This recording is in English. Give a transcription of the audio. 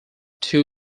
two